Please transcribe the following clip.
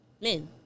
Men